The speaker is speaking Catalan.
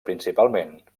principalment